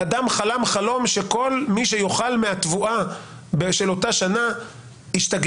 האדם חלם חלום שכל מי שיאכל מהתבואה של אותה שנה ישתגע.